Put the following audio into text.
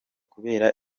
kubera